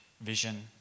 vision